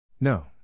No